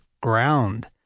ground